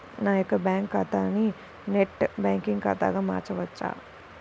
నా యొక్క బ్యాంకు ఖాతాని నెట్ బ్యాంకింగ్ ఖాతాగా మార్చవచ్చా?